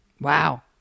Wow